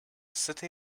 city